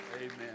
Amen